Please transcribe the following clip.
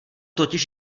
totiž